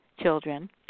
children